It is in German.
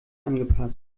angepasst